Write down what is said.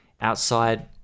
outside